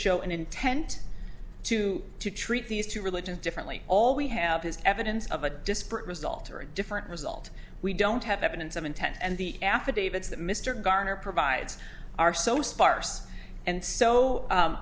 show an intent to treat these two religions differently all we have his evidence of a disparate result or a different result we don't have evidence of intent and the affidavits that mr garner provides are so sparse and so